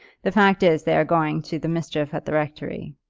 the fact is they are going to the mischief at the rectory.